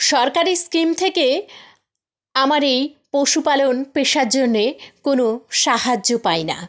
সরকারি স্কিম থেকে আমার এই পশুপালন পেশার জন্যে কোনো সাহায্য পাই না